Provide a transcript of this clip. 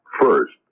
First